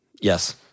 Yes